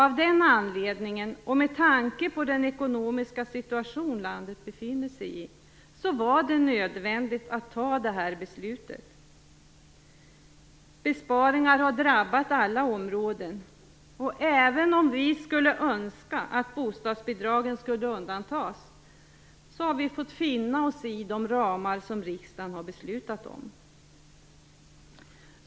Av den anledningen, och med tanke på den ekonomiska situation landet befinner sig i, var det nödvändigt att ta detta beslut. Besparingar har drabbat alla områden, och även om vi skulle önska att bostadsbidragen undantogs har vi fått finna oss i de ramar som riksdagen har beslutat om.